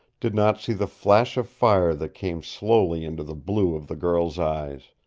did not see the flash of fire that came slowly into the blue of the girl's eyes.